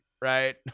right